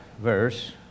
verse